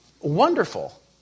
wonderful